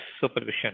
supervision